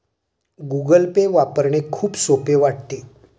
Google Pay वापरणे खूप सोपे वाटते